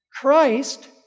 Christ